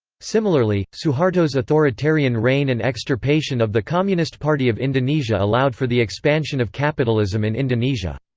similarly, suharto's authoritarian reign and extirpation of the communist party of indonesia allowed for the expansion of capitalism in indonesia.